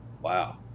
wow